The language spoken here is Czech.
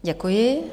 Děkuji.